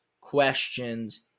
questions